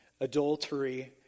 adultery